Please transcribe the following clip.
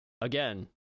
again